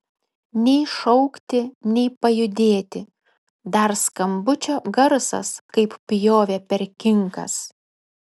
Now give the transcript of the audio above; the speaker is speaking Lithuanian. nei šaukti nei pajudėti dar skambučio garsas kaip pjovė per kinkas